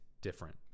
different